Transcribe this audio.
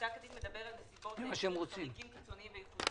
פסק הדין מדבר על מקרים חריגים וקיצוניים וייחודיים,